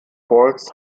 falls